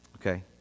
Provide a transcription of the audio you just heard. okay